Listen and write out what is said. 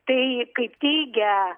tai kaip teigia